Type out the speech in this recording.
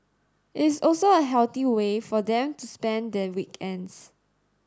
it is also a healthy way for them to spend their weekends